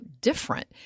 different